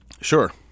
Sure